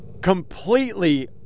completely